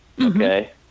Okay